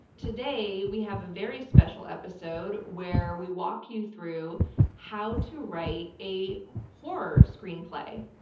today we have a very special episode where we walk you through how to write a horror screenplay.